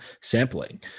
sampling